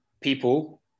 people